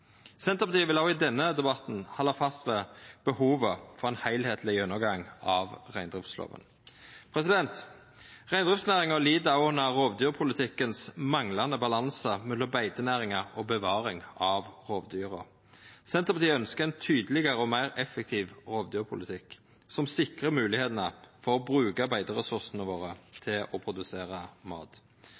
Senterpartiet vil òg i denne debatten halda fast ved behovet for ein heilskapleg gjennomgang av reindriftslova. Reindriftsnæringa lid òg under den manglande balansen i rovdyrpolitikken mellom beitenæringa og bevaring av rovdyra. Senterpartiet ønskjer ein tydelegare og meir effektiv rovdyrpolitikk, som sikrar moglegheitene for å bruka beiteressursane våre til å produsera mat.